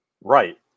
Right